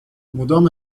مدام